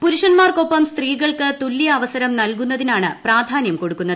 പുരുഷന്മാർക്കൊപ്പം സ്ത്രീകൾക്ക് തുല്യ അവസരം നൽകുന്നതിനാണ് പ്രാധാന്യം കൊടുക്കുന്നത്